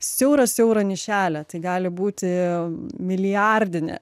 siaurą siaurą nišelę tai gali būti milijardinė